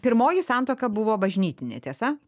pirmoji santuoka buvo bažnytinė tiesa